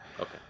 Okay